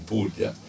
Puglia